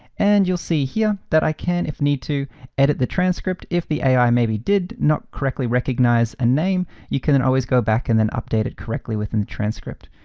and you'll see here that i can if need to edit the transcript, if the ai maybe did not correctly recognize a name, you can then always go back and then update it correctly within transcript.